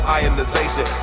ionization